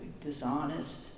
dishonest